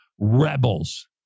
rebels